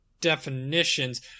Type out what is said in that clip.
definitions